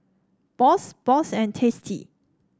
Bosch Bosch and Tasty